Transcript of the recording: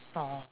oh